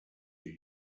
you